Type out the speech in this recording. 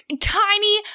tiny